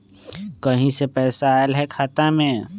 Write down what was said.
कहीं से पैसा आएल हैं खाता में?